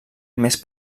més